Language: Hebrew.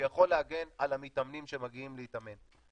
שיכול להגן על המתאמנים שמגיעים להתאמן.